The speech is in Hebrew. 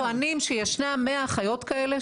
הם טוענים שישנם 100 אחיות כאלה,